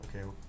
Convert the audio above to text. Okay